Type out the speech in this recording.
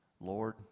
Lord